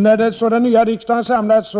När så den nya riksdagen samlades